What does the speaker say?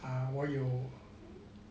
err 我有